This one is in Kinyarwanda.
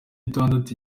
itandatu